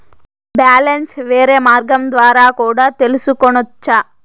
Balance వేరే మార్గం ద్వారా కూడా తెలుసుకొనొచ్చా?